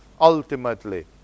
ultimately